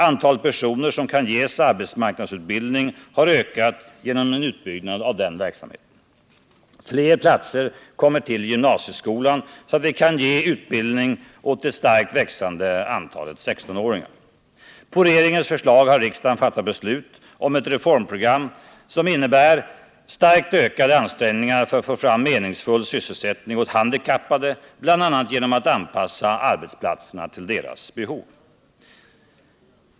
Antalet personer som kan ges arbetsmarknadsutbildning har ökat genom en utbyggnad av den verksamheten. Fler platser kommer till i gymnasieskolan, så att vi kan ge utbildning åt det starkt växande antalet 16-åringar. På regeringens förslag har riksdagen fattat beslut om ett reformprogram som innebär starkt ökade ansträngningar att få fram meningsfull sysselsättning åt handikappade, bl.a. genom att anpassa arbetsplatser till deras behov.